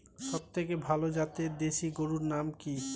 সবথেকে ভালো জাতের দেশি গরুর নাম কি?